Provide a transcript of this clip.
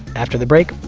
after the break,